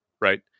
Right